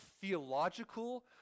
theological